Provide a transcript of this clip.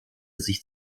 sich